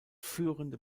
führende